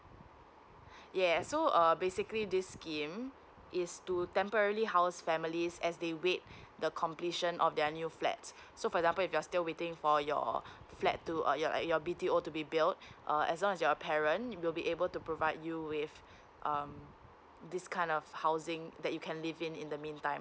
yeah so uh basically this scheme is to temporarily house families as they wait the completion of their new flat so for example if you're still waiting for your flat to uh your B T O to be built as long as your parent will be able to provide you with um this kind of housing that you can live in in the meantime